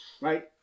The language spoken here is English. right